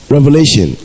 Revelation